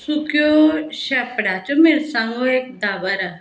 सुक्यो शेंपडाच्यो मिरसांगो एक धा बरा